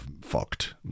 fucked